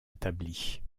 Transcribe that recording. établie